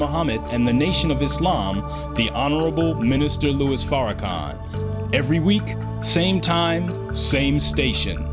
muhammad in the nation of islam the honorable minister louis farrakhan every week same time same station